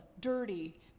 dirty